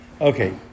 Okay